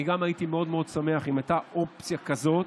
אני גם הייתי שמח מאוד אם הייתה אופציה כזאת,